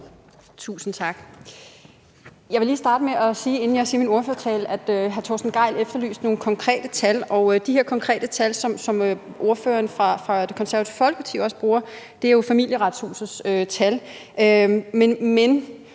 Tusind tak. Jeg vil starte med at sige – inden jeg holder min ordførertale – at hr. Torsten Gejl efterlyste nogle konkrete tal, og de her konkrete tal, som ordføreren for Det Konservative Folkeparti også bruger, er jo Familieretshusets tal. Men